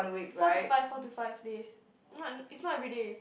four to five four to five days not is not every day